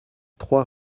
trois